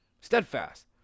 steadfast